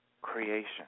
creation